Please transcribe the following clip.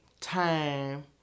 time